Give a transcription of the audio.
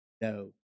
no